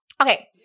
Okay